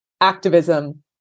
activism